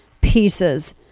pieces